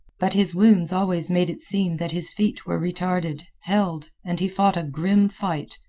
but his wounds always made it seem that his feet were retarded, held, and he fought a grim fight,